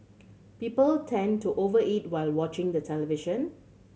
people tend to over eat while watching the television